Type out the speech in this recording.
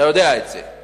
אתה יודע את זה.